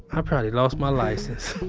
i probably lost my license.